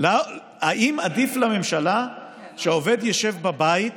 האם עדיף לממשלה שהעובד ישב בבית,